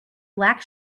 black